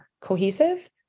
cohesive